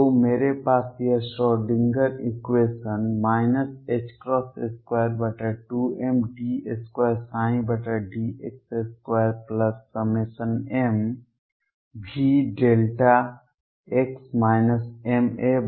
तो मेरे पास यह Schrodinger equation Schrodinger's equation 22md2 dx2mVδx maEψ है